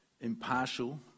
impartial